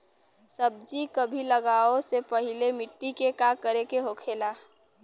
सब्जी कभी लगाओ से पहले मिट्टी के का करे के होखे ला?